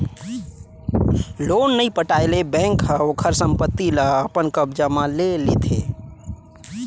loan नइ पटाए ले बेंक ह ओखर संपत्ति ल अपन कब्जा म ले लेथे